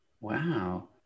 Wow